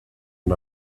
and